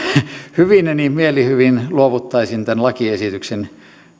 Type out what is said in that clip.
hyvineni mielihyvin luovuttaisin tämän lakiesityksen